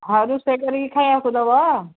ହ ରୋଷେଇ କରିକି ଖାଇବାକୁ ଦେବା